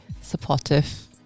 supportive